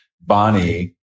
Bonnie